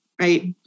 right